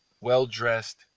well-dressed